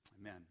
amen